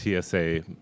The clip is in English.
TSA